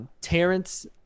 Terrence